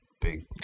big